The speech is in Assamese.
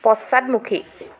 পশ্চাদমুখী